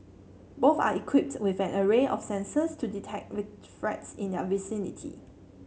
both are equipped with an array of sensors to detect threats in their vicinity